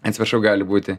atsiprašau gali būti